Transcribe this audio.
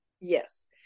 Yes